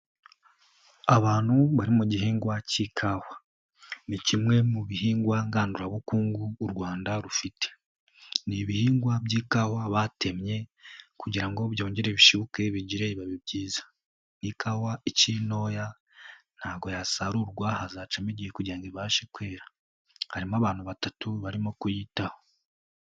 Abantu bari mu gihingwa cy'ikawa ni kimwe mu bihingwa ngandurabukungu u Rwanda rufite ni ibihingwa by'ikawa batemye kugira ngo byongere bishibuke bigire ibibabi byiza. Ni ikawa ikiri ntoya ntago yasarurwa hazacamo igihe kugira ibashe kwera harimo abantu batatu barimo kuyitaho.